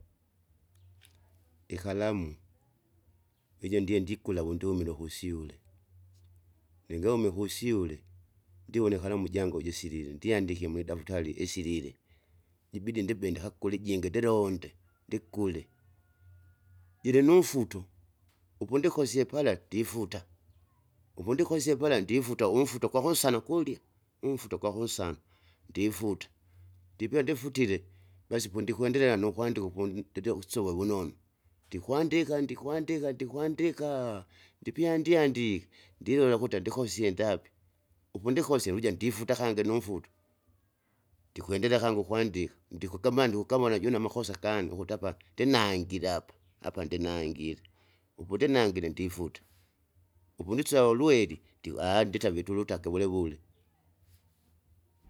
Ikalamu, ijo ndie ndikula wundumile ukusyule, lingaume kusyule, ndiwona kalamu jangu jisilile ndyandike mwidaftari isilile, iibidi ndibenda hakule ijingi ndilonde ndikule. Jilinumfuto, upundikosie pala tifuta, upundikosie pala ndifuta umfuto kwakunsana kulya. Umfuto gwakunsana, ndifuta, ndipea ndifutile, basi pondikwendelela nukwandika ukundi dedekusova wunonu. Ndikwandika ndikwandika ndikwandikaa! ndipya ndyandike ndilola akuta ndikosie ndapi, upundikosie luja ndifuta kangi numfuto, ndikwendelea kangi ukwandika, ndikukamanda ukavona june amakosa kangi ukuti apa ndinangile apa, apa ndinangire. Upundinangire ndifuta, upu ndisawa ulweri ndi nditave itulutake vulevule.